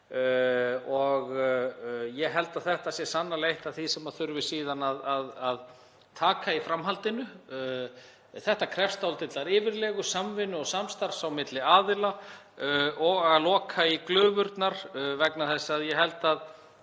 Ég held að þetta sé sannarlega eitt af því sem þurfi síðan að taka í framhaldinu. Þetta krefst dálítillar yfirlegu, samvinnu og samstarfs á milli aðila og að loka glufunum. Ég held að